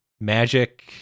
magic